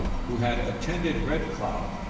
who had attended red cloud,